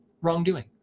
wrongdoing